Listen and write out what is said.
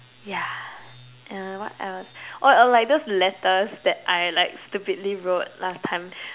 yeah uh what else or or like those letters that I like stupidly wrote last time